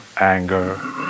anger